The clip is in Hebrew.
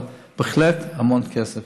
אבל בהחלט המון כסף.